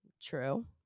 True